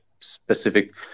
specific